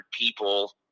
people